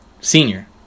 senior